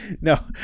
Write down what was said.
No